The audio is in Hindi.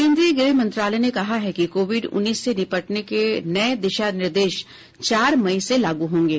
केंद्रीय गृह मंत्रालय ने कहा है कि कोविड उन्नीस से निपटने के नए दिशा निर्देश चार मई से लागू होंगे